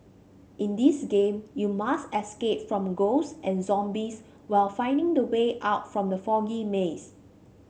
in this game you must escape from ghosts and zombies while finding the way out from the foggy maze